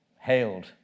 hailed